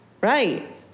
Right